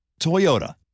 Toyota